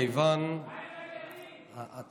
מכיוון, מה עם הילדים?